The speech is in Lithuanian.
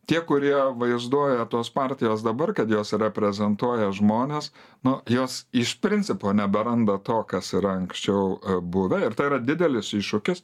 tie kurie vaizduoja tos partijos dabar kad jos reprezentuoja žmones nu jos iš principo neberanda to kas yra anksčiau buvę ir tai yra didelis iššūkis